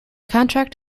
contract